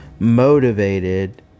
motivated